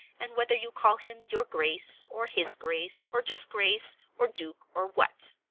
and whether you call him, your grace, or his grace, or just grace, or duke, or what.